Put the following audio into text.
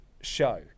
show